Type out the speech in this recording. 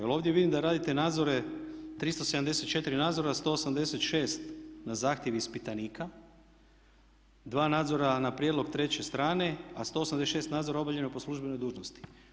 Jer ovdje vidim da radite nadzore, 374 nadzora, 186 na zahtjev ispitanika, 2 nadzora na prijedlog treće strane a 186 nadzora obavljeno je po službenoj dužnosti.